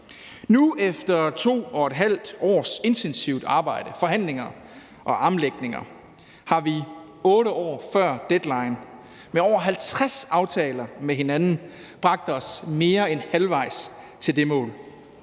Nu efter to et halvt års intensivt arbejde, forhandlinger og armlægninger har vi 8 år før deadline med over 50 aftaler med hinanden bragt os mere end halvvejs til det mål.